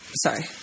Sorry